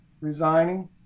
resigning